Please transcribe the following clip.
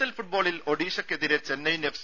L ഫുട്ബോളിൽ ഒഡിഷയ്ക്കെതിരെ Chennaiyin F